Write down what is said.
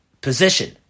position